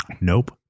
Nope